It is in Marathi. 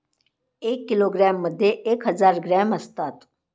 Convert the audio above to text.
एक किलोग्रॅममध्ये एक हजार ग्रॅम असतात